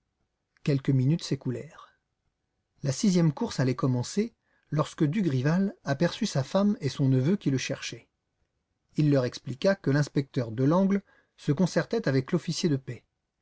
quelques minutes s'écoulèrent la sixième course allait commencer lorsque dugrival aperçut sa femme et son neveu qui le cherchaient il leur expliqua que l'inspecteur delangle se concertait avec l'officier de paix